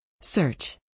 search